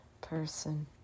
Person